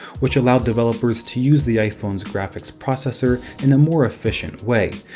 which allowed developers to use the iphone's graphics processor in a more efficient way,